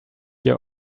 your